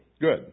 Good